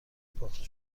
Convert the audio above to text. پخته